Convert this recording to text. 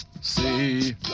see